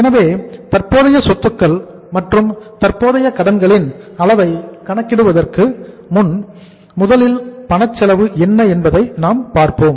எனவே தற்போதைய சொத்துகள் மற்றும் தற்போதைய கடன்களின் அளவை கணக்கிடுவதற்கு முன் முதலில் பணச்செலவு என்ன என்பதை நாம் பார்ப்போம்